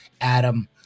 Adam